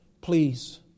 please